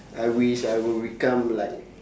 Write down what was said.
I wish I will become like